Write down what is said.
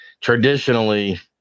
traditionally